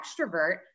extrovert